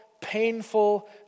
painful